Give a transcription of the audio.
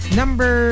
number